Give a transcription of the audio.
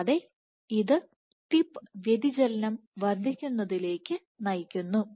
കൂടാതെ ഇത് ടിപ്പ് വ്യതിചലനം വർദ്ധിക്കുന്നതിലേക്ക് നയിക്കുന്നു